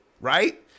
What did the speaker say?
right